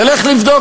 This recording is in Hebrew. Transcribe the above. תלך לבדוק.